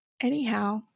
anyhow